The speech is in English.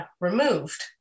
removed